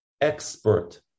expert